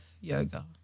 yoga